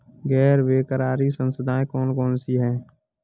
गैर बैंककारी संस्थाएँ कौन कौन सी हैं?